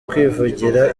kwivugira